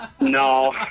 No